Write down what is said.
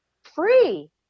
free